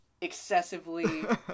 excessively